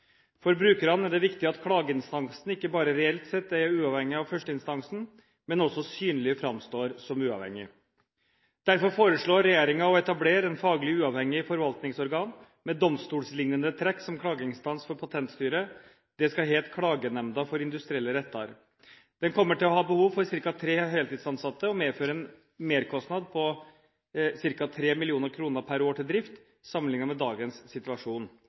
For brukerne er det viktig at klageinstansen ikke bare reelt sett er uavhengig av førsteinstansen, men også synlig framstår som uavhengig. Derfor foreslår regjeringen å etablere et faglig uavhengig forvaltningsorgan med domstolslignende trekk som klageinstans for Patentstyret. Det skal hete Klagenemnda for industrielle rettar. Den kommer til å ha behov for ca. tre heltidsansatte og medføre en merkostnad på ca. 3 mill. kr per år til drift, sammenlignet med dagens situasjon.